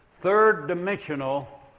third-dimensional